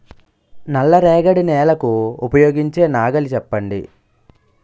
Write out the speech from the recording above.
నల్ల రేగడి నెలకు ఉపయోగించే నాగలి చెప్పండి?